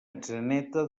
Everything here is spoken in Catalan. atzeneta